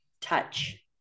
touch